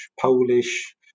Polish